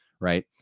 right